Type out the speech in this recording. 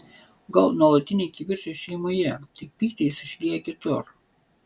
gal nuolatiniai kivirčai šeimoje tik pyktį jis išlieja kitur